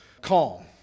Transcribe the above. calm